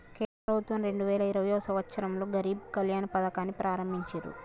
కేంద్ర ప్రభుత్వం రెండు వేల ఇరవైయవ సంవచ్చరంలో గరీబ్ కళ్యాణ్ పథకాన్ని ప్రారంభించిర్రు